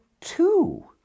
two